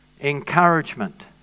encouragement